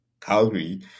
calgary